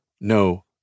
no